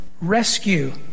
rescue